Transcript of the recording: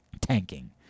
tanking